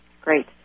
great